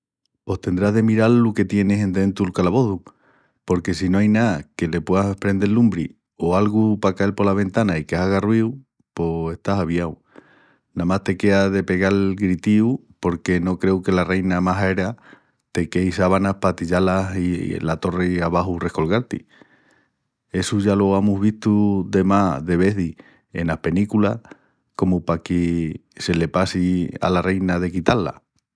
Pos tendrás de miral lu qué tienis endrentu'l calabozu porque si no ai ná que le pueas prendel lumbri o algu pa cael pola ventana i que haga ruiu pos estás aviau. Namás te quea que pegal gritíus porque no creu que la reina majaera te quei sábanas pa tu atillá-las i la torri abaxu rescolgal-ti. Essu ya lo amus vistu demás de vezis enas penículas comu paque se le passi ala reina de quitá-las.